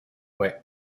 fue